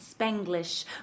Spanglish